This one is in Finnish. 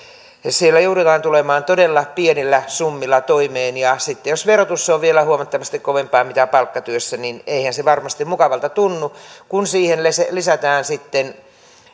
joudutaan tulemaan todella pienillä summilla toimeen ja sitten jos verotus on vielä huomattavasti kovempaa kuin palkkatyössä niin eihän se varmasti mukavalta tunnu kun siihen lisätään sitten